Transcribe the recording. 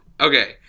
Okay